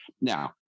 Now